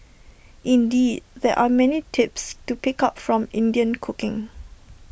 indeed there are many tips to pick up from Indian cooking